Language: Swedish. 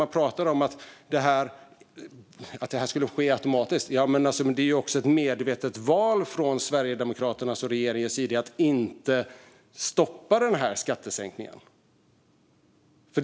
Man pratar om att den skulle ske automatiskt, men det är ju också ett medvetet val från Sverigedemokraternas och regeringens sida att inte stoppa den.